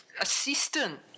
assistant